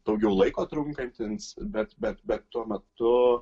daugiau laiko trunkantis bet bet bet tuo metu